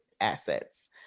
assets